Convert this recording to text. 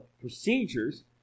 procedures